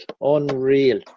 unreal